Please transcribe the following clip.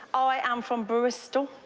ah i am from bristol.